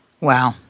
Wow